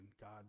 God